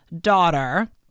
daughter